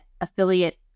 affiliate